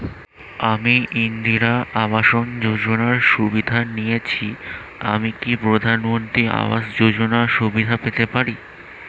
আমি ইন্দিরা আবাস যোজনার সুবিধা নেয়েছি আমি কি প্রধানমন্ত্রী আবাস যোজনা সুবিধা পেতে পারি?